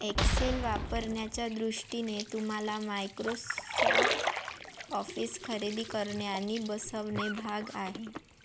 Excel वापरण्याच्या दृष्टीने तुम्हाला मायक्रोसॉफ्ट ऑफिस खरेदी करणे आणि बसवणे भाग आहे